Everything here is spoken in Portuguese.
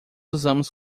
usamos